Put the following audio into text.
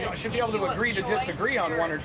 should be able to agree to disagree on one